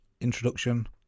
introduction